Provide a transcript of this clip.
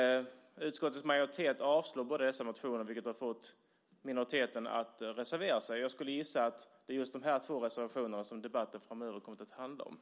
Utskottets majoritet avstyrker båda dessa motioner, vilket har lett till att minoriteten har reserverat sig. Jag skulle gissa att debatten framöver kommer att handla om just dessa reservationer.